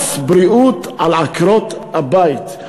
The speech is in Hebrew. מס בריאות על עקרות-הבית,